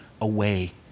away